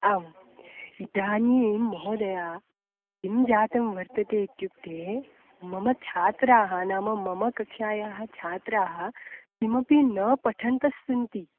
आम् इदानीं महोदया किं जातं वर्तते इत्युक्ते मम छात्राः नाम मम कक्षायाः छात्राः किमपि न पठन्तस्सन्ति